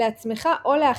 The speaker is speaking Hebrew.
לעצמך או לאחרים,